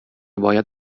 باید